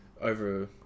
over